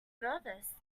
nervous